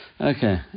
okay